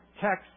text